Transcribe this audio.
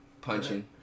punching